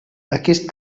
aquest